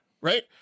right